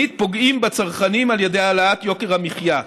שנית, פוגעים בצרכנים על ידי העלאת יוקר המחיה.